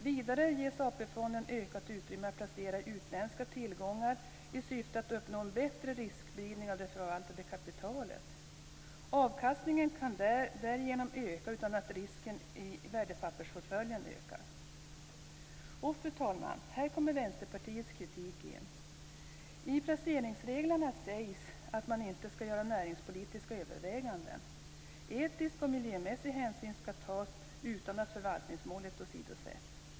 Vidare ges AP-fonden ökat utrymme att placera i utländska tillgångar i syfte att uppnå en bättre riskspridning av det förvaltade kapitalet. Avkastningen kan därigenom öka utan att risken i värdepappersportföljen ökar. Och, fru talman, här kommer Vänsterpartiets kritik in. I placeringsreglerna sägs att man inte ska göra näringspolitiska överväganden. Etiska och miljömässiga hänsyn ska tas utan att förvaltningsmålet åsidosätts.